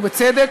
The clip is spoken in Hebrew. ובצדק,